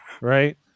right